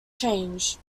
change